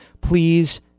please